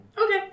Okay